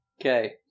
Okay